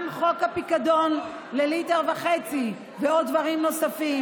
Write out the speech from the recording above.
חוק הפיקדון לבקבוקי ליטר וחצי ועוד דברים נוספים.